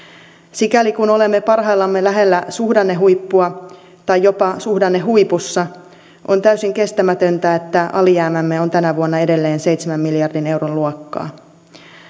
sikäli kuin olemme parhaillamme lähellä suhdannehuippua tai jopa suhdannehuipussa on täysin kestämätöntä että alijäämämme on tänä vuonna edelleen seitsemän miljardin euron luokkaa